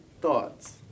thoughts